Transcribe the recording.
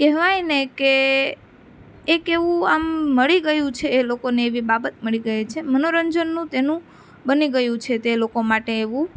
કહેવાયને કે એક એવું આમ મળી ગયું છે એ લોકોને એવી બાબત મળી ગઈ છે મનોરંજનનું તેનું બની ગયું છે તે માટે એવું